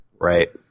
right